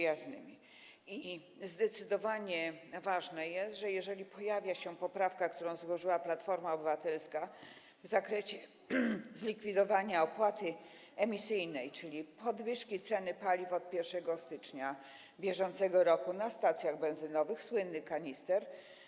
I zdecydowanie ważne jest, że jeżeli pojawia się poprawka, którą złożyła Platforma Obywatelska, w zakresie zlikwidowania opłaty emisyjnej, czyli podwyżki ceny paliw od 1 stycznia br. na stacjach benzynowych, słynny kanister.